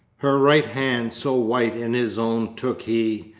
her right hand so white in his own took he,